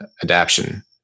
adaption